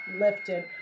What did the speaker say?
lifted